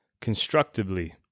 constructively